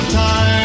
time